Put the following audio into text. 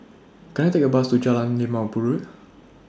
Can I Take A Bus to Jalan Limau Purut